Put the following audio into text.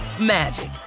magic